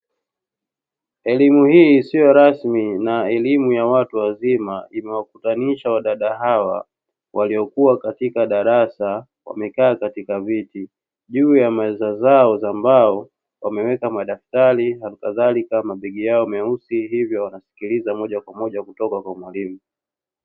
Elimu hii isiyo rasmi na elimu ya watu wazima imewakutanisha wadada hawa waliokua katika darasa, wamekaa katika viti juu ya meza zao za mbao wameweka madaftari halikadhalika mabegi yao meusi hivyo wanasikiliza moja kwa moja kutoka kwa mwalimu.